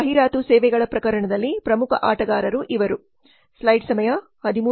ಜಾಹೀರಾತು ಸೇವೆಗಳ ಪ್ರಕರಣದಲ್ಲಿ ಪ್ರಮುಖ ಆಟಗಾರರು ಇವರು